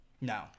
no